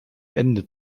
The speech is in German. ende